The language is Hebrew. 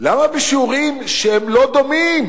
למה בשיעורים שהם לא דומים